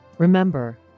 Remember